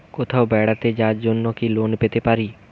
কোথাও বেড়াতে যাওয়ার জন্য কি লোন পেতে পারি?